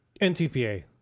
NTPA